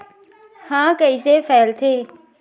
ह कइसे फैलथे?